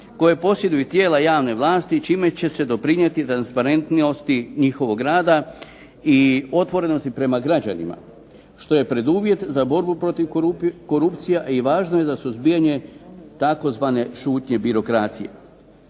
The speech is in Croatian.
koje posjeduju tijela javne vlasti i čime će se doprinijeti transparentnosti njihovog rada i otvorenosti prema građanima što je preduvjet za borbu protiv korupcije i važno je za suzbijanje tzv. šutnje birokracije.